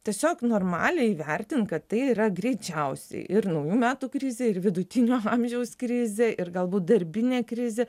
tiesiog normaliai vertint kad tai yra greičiausi ir naujų metų krizė ir vidutinio amžiaus krizė ir galbūt darbinė krizė